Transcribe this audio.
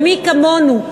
מי כמונו,